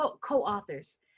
co-authors